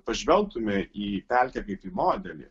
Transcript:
pažvelgtume į pelkę kaip į modelį